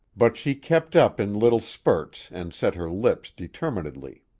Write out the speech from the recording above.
but she kept up in little spurts and set her lips determinedly.